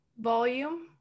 volume